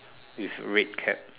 with red cap